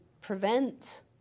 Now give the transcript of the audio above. prevent